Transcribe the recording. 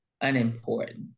unimportant